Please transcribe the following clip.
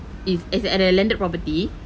it's as at a landed property